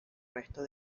resto